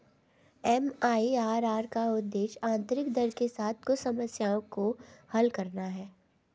MIRR का उद्देश्य आंतरिक दर के साथ कुछ समस्याओं को हल करना है